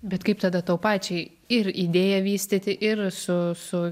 bet kaip tada tau pačiai ir idėją vystyti ir su su